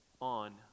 on